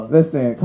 Listen